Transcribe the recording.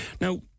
Now